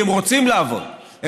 כי הם רוצים לעבוד,